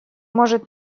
может